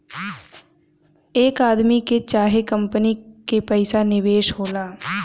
एक आदमी के चाहे कंपनी के पइसा निवेश होला